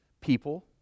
people